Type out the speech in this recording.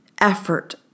effort